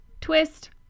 twist